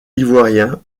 ivoirien